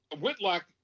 Whitlock